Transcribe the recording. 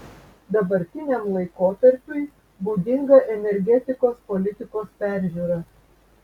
dabartiniam laikotarpiui būdinga energetikos politikos peržiūra